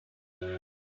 species